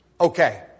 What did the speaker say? okay